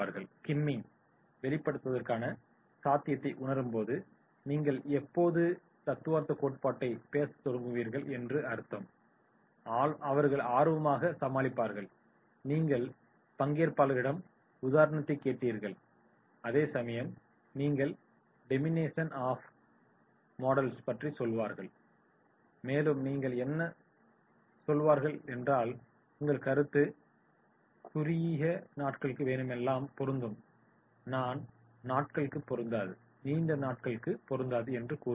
skimming வெளிப்படுவதற்கான சாத்தியத்தை உணரும்போது நீங்கள் எப்போது தத்துவார்த்த கோட்பாட்டைப் பேசத் தொடுங்குவீர்கள் என்று அவர்கள் ஆர்வமாக கவனிப்பார்கள் நீங்கள் பங்கேற்பாளர்களிடம் உதாரணத்தை கேட்பீர்கள் அதேசமயம் நீங்கள் டெபினிஷன் ஆப் மொடேல்ஸ் பற்றி சொல்வீர்கள் மேலும் நீங்கள் என்ன சொல்வீர்கள் என்றால் "உங்கள் கருத்து குறிகிய நாட்களுக்கு வேணுமென்றால் பொருந்தும் நீண்ட நாட்களுக்கு பொருந்தாது" என்று கூறுவீர்கள்